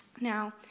Now